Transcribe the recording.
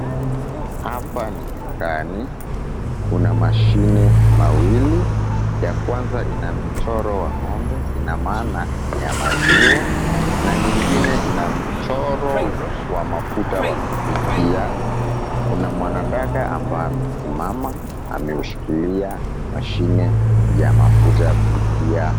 Hapa ni dukani, kuna mashine mawili ya kwanza ina mchoro wa ng'ombe ina maana ni ya maziwa na nyingine ina mchoro wa mafuta wa kupikia. Kuna mwanadada ambaye amesimama ameushikilia mashine ya mafuta ya kupikia.